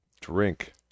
drink